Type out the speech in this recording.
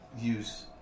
use